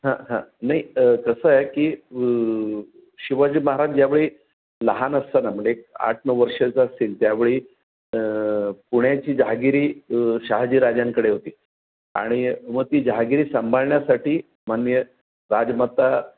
हां हां नाही कसं आहे की शिवाजी महाराज ज्यावेळी लहान असताना म्हणजे एक आठ नऊ वर्षाचं असतील त्यावेळी पुण्याची जहागिरी शहाजी राजांकडे होती आणि व ती जहागिरी सांभाळण्यासाठी माननीय राजमाता